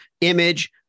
image